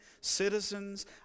citizens